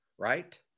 Right